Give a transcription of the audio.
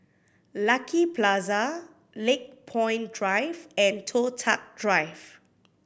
Lucky Plaza Lakepoint Drive and Toh Tuck Drive